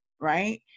right